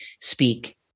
speak